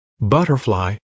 Butterfly